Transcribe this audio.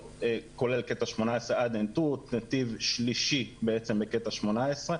כולל קטע 18 עד עין תות, נתיב שלישי בקטע 18,